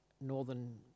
northern